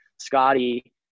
Scotty